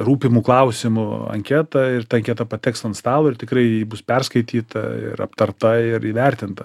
rūpimų klausimų anketą ir ta anketa pateks ant stalo ir tikrai bus perskaityta ir aptarta ir įvertinta